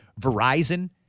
Verizon